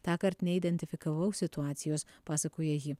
tąkart neidentifikavau situacijos pasakoja ji